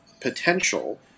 potential